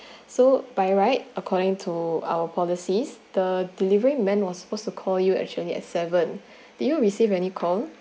so by right according to our policies the delivery men was supposed to call you actually at seven did you receive any call